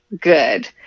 good